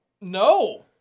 No